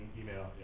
email